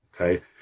okay